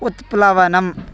उत्प्लवनम्